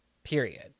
Period